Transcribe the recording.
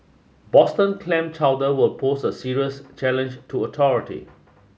Boston clam chowder will pose a serious challenge to authority